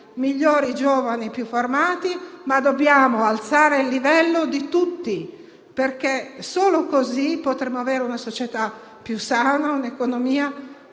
migliori e più formati e dobbiamo alzare il livello di tutti, perché solo così potremo avere una società più sana e un'economia